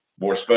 more